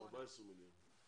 14 מיליון.